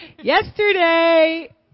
yesterday